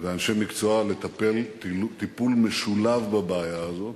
ואנשי מקצוע, לטפל טיפול משולב בבעיה הזאת.